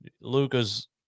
Luca's